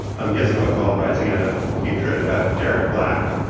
um he has a book called rising out of hatred about derek black,